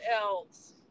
else